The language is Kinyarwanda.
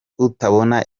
utabona